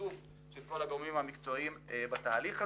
שיתוף של כל הגורמים המקצועיים בתהליך זה.